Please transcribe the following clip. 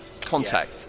contact